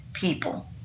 people